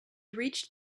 reached